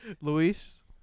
Luis